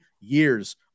years